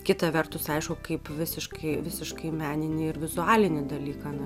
kita vertus aišku kaip visiškai visiškai meninį ir vizualinį dalyką